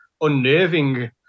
unnerving